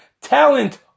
Talent